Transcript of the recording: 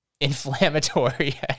inflammatory